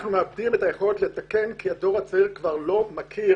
אנחנו מאבדים את היכולת לתקן כי הדור הצעיר כבר לא מכיר